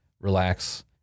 relax